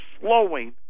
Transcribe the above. slowing